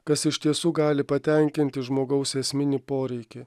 kas iš tiesų gali patenkinti žmogaus esminį poreikį